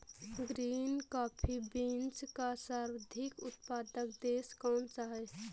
Green coffee beans का सर्वाधिक उत्पादक देश कौन सा है?